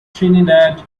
trinidad